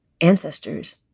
ancestors